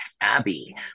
Abby